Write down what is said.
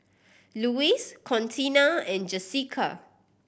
Lois Contina and Jesica